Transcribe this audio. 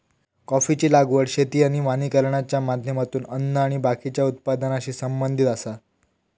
कॉफीची लागवड शेती आणि वानिकरणाच्या माध्यमातून अन्न आणि बाकीच्या उत्पादनाशी संबंधित आसा